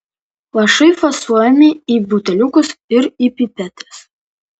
lašai fasuojami į buteliukus ir į pipetes